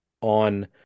on